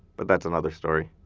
but that's another story.